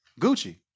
Gucci